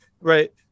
right